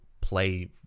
play